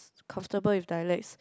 comfortable with dialects